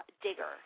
Digger